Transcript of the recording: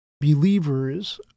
believers